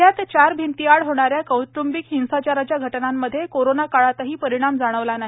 जिल्ह्यात चार भिंतीआड होणाऱ्या कौटुंबिक हिंसाचाराच्या घटनांमध्ये कोरोना काळातही परिणाम जाणवला नाही